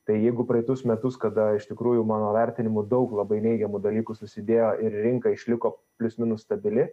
tai jeigu praeitus metus kada iš tikrųjų mano vertinimu daug labai neigiamų dalykų susidėjo ir rinka išliko plius minus stabili